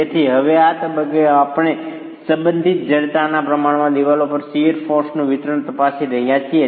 તેથી હવે આ તબક્કે આપણે સંબંધિત જડતાના પ્રમાણમાં દિવાલો પર શીયર ફોર્સનું વિતરણ તપાસી રહ્યા છીએ